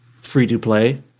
free-to-play